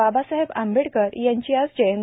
बाबासाहेब आंबेडकर यांची आज जयंती